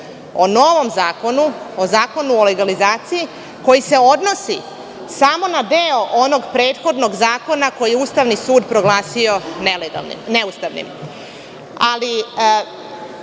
o novom zakonu, o zakonu o legalizaciji, koji se odnosi samo na deo onog prethodnog zakona koji je Ustavni sud proglasio neustavnim. Moram